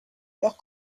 leur